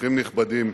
אורחים נכבדים,